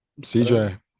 CJ